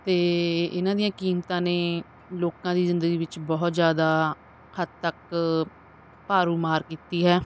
ਅਤੇ ਇਹਨਾਂ ਦੀਆਂ ਕੀਮਤਾਂ ਨੇ ਲੋਕਾਂ ਦੀ ਜ਼ਿੰਦਗੀ ਵਿੱਚ ਬਹੁਤ ਜ਼ਿਆਦਾ ਹੱਦ ਤੱਕ ਭਾਰੂ ਮਾਰ ਕੀਤੀ ਹੈ